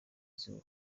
izuba